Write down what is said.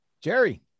Jerry